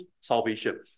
salvation